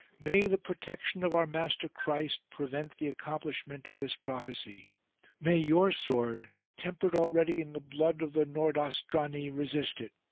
may the protection of our master christ prevent the accomplishment of this prophecy may your sword, tempered already in the blood of the nordos trani, resist it!